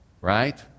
Right